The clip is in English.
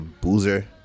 Boozer